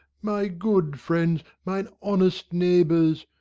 my good friends, mine honest neighbours,